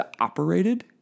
operated